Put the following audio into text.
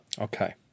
Okay